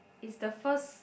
is the first